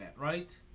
right